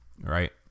right